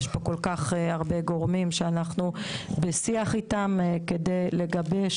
יש פה כל כך הרבה גורמים שאנחנו בשיח איתם כדי לגבש